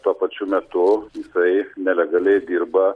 tuo pačiu metu jisai nelegaliai dirba